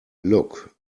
look